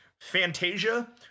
fantasia